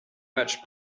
much